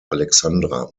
alexandra